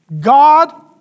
God